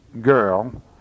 girl